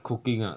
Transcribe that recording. cooking ah